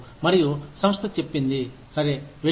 మరియు సంస్థ చెప్పింది సరే వెళ్ళు